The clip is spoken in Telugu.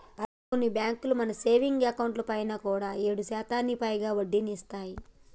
అలాగే కొన్ని బ్యాంకులు మన సేవింగ్స్ అకౌంట్ పైన కూడా ఏడు శాతానికి పైగా వడ్డీని ఇస్తున్నాయి